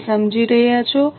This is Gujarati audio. મને સમજી રહ્યો છે